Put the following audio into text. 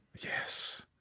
Yes